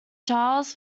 charles